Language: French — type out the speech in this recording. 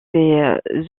ses